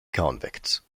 convicts